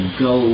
go